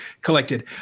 collected